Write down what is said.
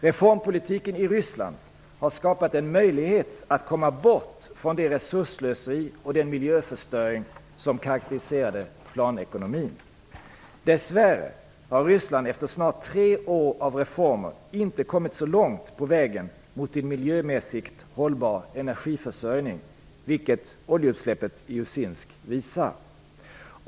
Reformpolitiken i Ryssland har skapat en möjlighet att komma bort från det resursslöseri och den miljöförstöring som karakteriserade planekonomin. Dessvärre har Ryssland efter snart tre år av reformer inte kommit så långt på vägen mot en miljömässigt hållbar energiförsörjning, vilket utsläppet i Usinsk visar.